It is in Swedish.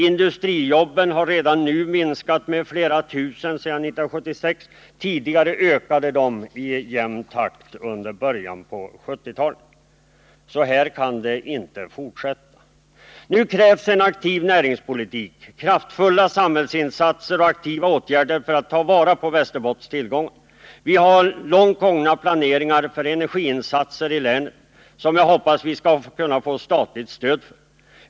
Industrijobben har redan" nu minskats med flera tusen sedan 1976 — i början av 1970-talet ökade de i jämn takt. t Så här kan det inte fortsätta. Nu krävs en aktiv näringspolitik, kraftfulla samhällsinsatser och aktiva åtgärder för att ta vara på Västerbottens tillgångar. Vi har långt gångna planer för energiinsatser i länet, som jag hoppas vi skall kunna få statligt stöd för.